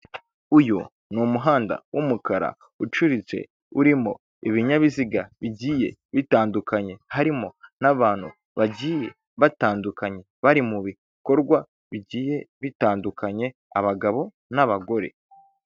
Uyu ni umuhanda w'umukara ucuritse urimo ibinyabiziga bigiye bitandukanye, harimo n'abantu bagiye batandukanye bari mu bikorwa bigiye bitandukanye abagabo n'abagore.